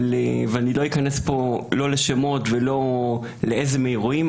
ואני לא אכנס פה לא לשמות ולא לאיזה מהאירועים,